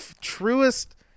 truest